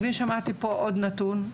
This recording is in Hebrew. אני שמעתי פה עוד נתון,